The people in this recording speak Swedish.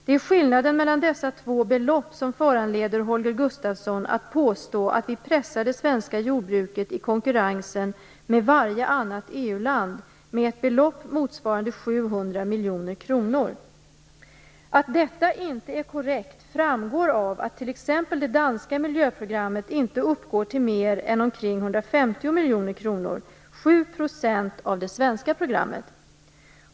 Det är skillnaden mellan dessa två belopp som föranleder Holger Gustafson att påstå att vi pressar det svenska jordbruket i konkurrensen med varje annat EU-land med ett belopp motsvarande 700 miljoner kronor. Att detta inte är korrekt framgår av att t.ex. det danska miljöprogrammet inte uppgår till mer än omkring 150 miljoner kronor: 7 % av det svenska programmet.